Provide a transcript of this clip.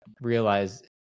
realize